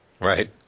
Right